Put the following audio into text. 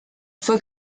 fue